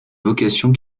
vocation